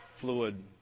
fluid